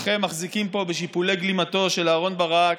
כולכם מחזיקים פה בשיפולי גלימתו של אהרן ברק,